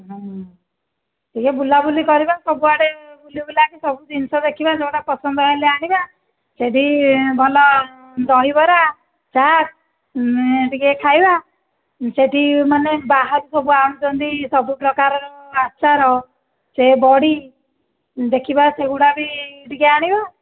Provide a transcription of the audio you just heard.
ହଁ ଟିକିଏ ବୁଲା ବୁଲି କରିବା ସବୁଆଡ଼େ ବୁଲି ବୁଲାକି ସବୁ ଜିନିଷ ଦେଖିବା ଯେଉଁଟା ପସନ୍ଦ ହେଲେ ଆଣିବା ସେ'ଠି ଭଲ ଦହିବରା ଚାଟ୍ ଟିକିଏ ଖାଇବା ସେ'ଠି ମାନେ ବାହାରୁ ସବୁ ଆଣୁଛନ୍ତି ସବୁ ପ୍ରକାରର ଆଚାର ସେ ବଡ଼ି ଦେଖିବା ସେଗୁଡ଼ା ବି ଟିକିଏ ଆଣିବା